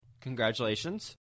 Congratulations